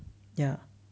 ya